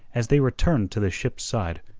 as they returned to the ship's side,